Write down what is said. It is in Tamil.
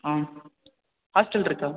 ஆ ஹாஸ்டல் இருக்கா